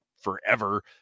forever